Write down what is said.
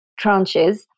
tranches